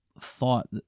thought